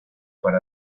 para